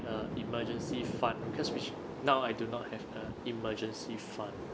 a emergency fund cause which now I do not have an emergency fund